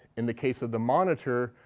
in the case of the monitor,